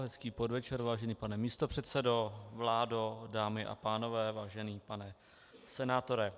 Hezký podvečer, vážený pane místopředsedo, vládo, dámy a pánové, vážený pane senátore.